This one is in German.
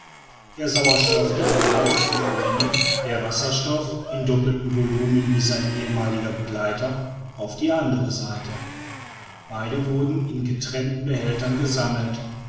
der sauerstoff ging auf die eine der wasserstoff in doppeltem volumen wie sein ehemaliger begleiter auf die andere seite beide wurden in getrennten behältern gesammelt